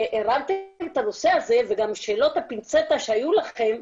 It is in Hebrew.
שהרמתם את הנושא הזה וגם שאלות הפינצטה שהיו לכם,